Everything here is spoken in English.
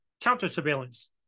counter-surveillance